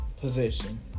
position